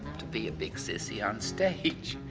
to be a big sissy on stage,